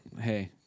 hey